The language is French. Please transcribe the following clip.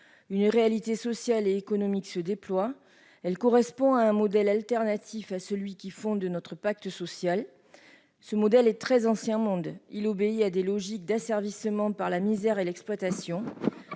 Une réalité sociale et économique se déploie : elle correspond à un modèle alternatif à celui qui fonde notre pacte social. Ce nouveau modèle est très « ancien monde », puisqu'il obéit à des logiques d'asservissement par la misère et l'exploitation.